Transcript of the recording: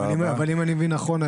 אבל אם אני מבין נכון,